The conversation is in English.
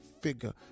figure